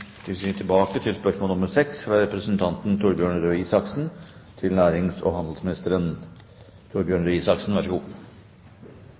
Vi går da tilbake til spørsmål 6, fra representanten Torbjørn Røe Isaksen til nærings- og handelsministeren.